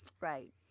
Right